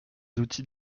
outils